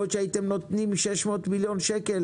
יכול להיות שהייתם נותנים 600 מיליון שקל